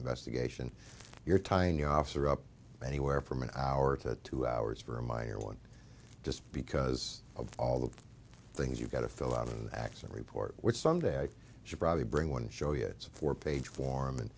investigation your tiny officer up anywhere from an hour to two hours for a minor one just because of all the things you've got to fill out an accident report which some day i should probably bring one show you it's a four page form and